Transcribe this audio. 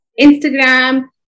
Instagram